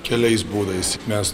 keliais būdais tik mes